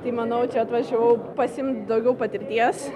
tai manau čia atvažiavau pasiimt daugiau patirties